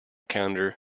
calendar